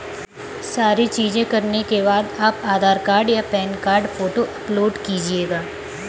सारी चीजें करने के बाद आप आधार कार्ड या पैन कार्ड फोटो अपलोड कीजिएगा